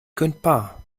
kündbar